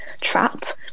trapped